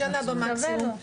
שנה במקסימום,